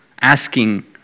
asking